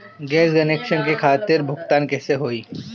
Gas connection के भुगतान कैसे होइ?